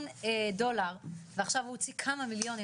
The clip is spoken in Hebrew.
דולר ועכשיו הוא הוציא כמה מיליונים,